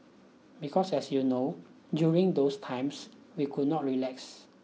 because as you know during those times we could not relax